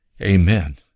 Amen